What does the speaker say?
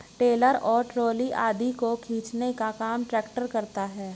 trailer और trolley आदि को खींचने का काम ट्रेक्टर करता है